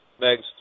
Meg's